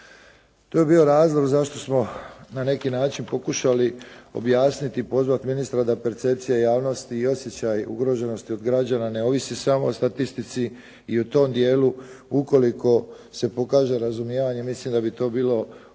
To je bio razlog zašto smo na neki način pokušali objasniti i pozvati ministra da percepcija javnosti i osjećaj ugroženosti od građana ne ovisi samo o statistici i u tom dijelu ukoliko se pokaže razumijevanje mislim da bi to bilo dosta